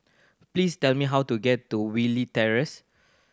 please tell me how to get to Willie Terrace